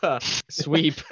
sweep